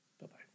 Bye-bye